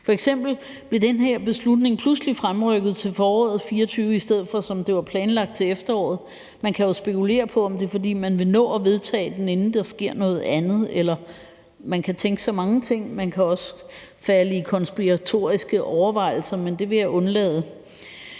F.eks. blev den her beslutning pludselig fremrykket til foråret 2024 i stedet for, som det var planlagt, at komme til efteråret. Man kan jo spekulere på, om det er, fordi man vil nå at vedtage den, inden der sker noget andet, eller man kan tænke sig mange ting – man kan også falde i konspiratoriske overvejelser, men det vil jeg undlade.